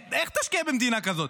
איך תשקיע במדינה כזאת?